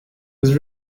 was